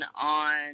on